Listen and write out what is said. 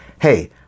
Hey